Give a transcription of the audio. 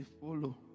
follow